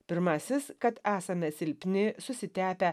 pirmasis kad esame silpni susitepę